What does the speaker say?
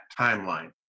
timeline